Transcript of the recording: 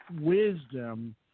Wisdom